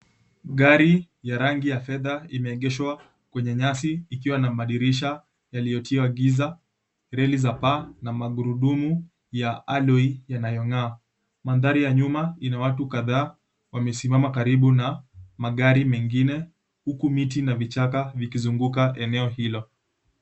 Gari ya rangi ya fedha imeegeshwa kwenye nyasi ikiwa na madirisha yaliyotiwa giza reli za baa magurudumu ya alloy yanayongaa. Mandhari ya nyuma ina watu kadhaa wamesimama karibu na magari mengine huku miti na vichaka vikizunguka eneo hilo.